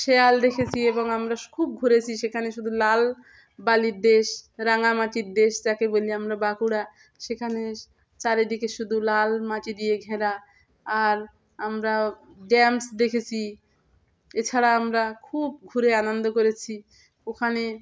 শেয়াল দেখেছি এবং আমরা খুব ঘুরেছি সেখানে শুধু লাল বালির দেশ রাঙামাটির দেশ যাকে বলি আমরা বাঁকুড়া সেখানে চারিদিকে শুধু লাল মাটি দিয়ে ঘেরা আর আমরা ড্যাম দেখেছি এছাড়া আমরা খুব ঘুরে আনন্দ করেছি ওখানে